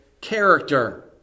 character